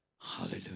Hallelujah